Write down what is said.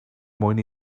mwyn